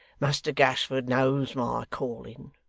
muster gashford knows my calling.